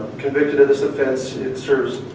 convicted of this offense, it serves,